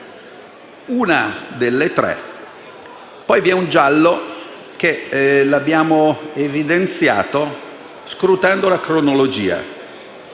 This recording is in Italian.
Una delle tre. Poi vi è un giallo, che abbiamo evidenziato scrutando la cronologia: